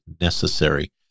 necessary